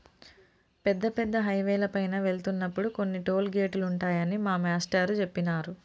పెద్ద పెద్ద హైవేల పైన వెళ్తున్నప్పుడు కొన్ని టోలు గేటులుంటాయని మా మేష్టారు జెప్పినారు